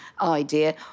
idea